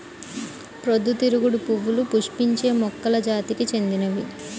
పొద్దుతిరుగుడు పువ్వులు పుష్పించే మొక్కల జాతికి చెందినవి